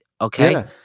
Okay